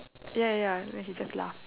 ya ya then he just laugh